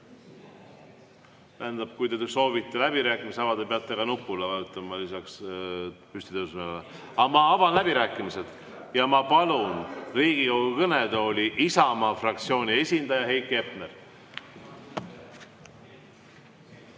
Ma avan läbirääkimised ja palun Riigikogu kõnetooli Isamaa fraktsiooni esindaja Heiki Hepneri.